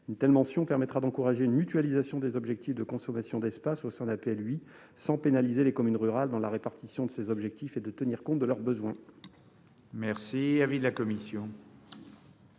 Une telle mention permettrait d'encourager la mutualisation des objectifs de consommation de l'espace au sein d'un PLUi sans pénaliser les communes rurales dans la répartition de ces objectifs, et de tenir compte des besoins de ces communes.